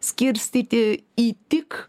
skirstyti į tik